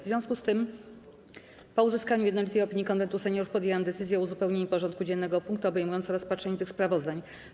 W związku z tym, po uzyskaniu jednolitej opinii Konwentu Seniorów, podjęłam decyzję o uzupełnieniu porządku dziennego o punkty obejmujące rozpatrzenie tych sprawozdań.